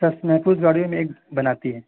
محفوظ گاڑیوں میں ایک بناتی ہے